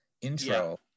intro